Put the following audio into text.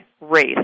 race